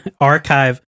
archive